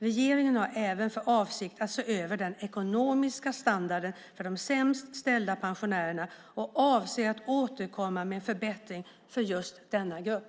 Regeringen har även för avsikt att se över den ekonomiska standarden för de sämst ställda pensionärerna och avser att återkomma med förbättringar för just denna grupp.